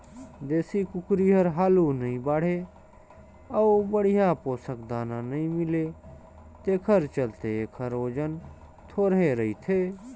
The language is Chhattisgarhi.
देसी कुकरी हर हालु नइ बाढ़े अउ बड़िहा पोसक दाना नइ मिले तेखर चलते एखर ओजन थोरहें रहथे